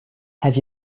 have